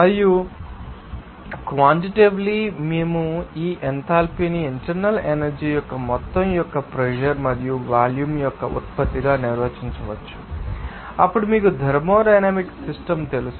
మరియు క్వాన్టిటిటేవ్లి మేము ఈ ఎంథాల్పీని ఇంటర్నల్ ఎనర్జీ యొక్క మొత్తం మరియు ప్రెషర్ మరియు వాల్యూమ్ యొక్క ఉత్పత్తిగా నిర్వచించవచ్చు అప్పుడు మీకు థర్మోడైనమిక్ సిస్టమ్ తెలుసు